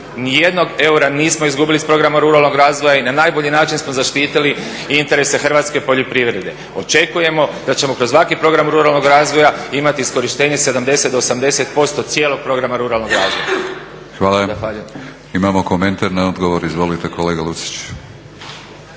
Nijednog eura nismo izgubili iz programa ruralnog razvoja i na najbolji način smo zaštitili i interese hrvatske poljoprivrede. Očekujemo da ćemo kroz ovakvi program ruralnog razvoja imati iskorištenje 70 do 80% cijelog programa ruralnog razvoja. **Batinić, Milorad (HNS)** Hvala. Imamo komentar na odgovor, izvolite kolega Lucić.